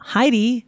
Heidi